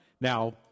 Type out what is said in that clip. Now